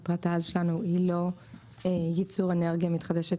מטרת העל שלנו היא לא ייצור אנרגיה מתחדשת